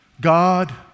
God